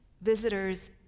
visitors